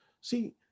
See